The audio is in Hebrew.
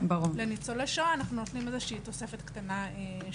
לניצולי שואה אנחנו נותנים תוספת קטנה.